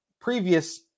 previous